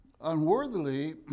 Unworthily